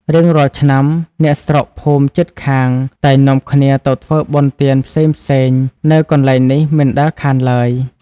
រៀងរាល់ឆ្នាំ អ្នកស្រុកភូមិជិតខាងតែងនាំគ្នាទៅធ្វើបុណ្យទានផ្សេងៗនៅកន្លែងនេះមិនដែលខានឡើយ។